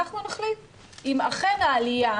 נחליט אם אכן העלייה